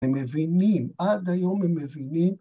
‫הם מבינים, עד היום הם מבינים...